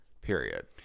period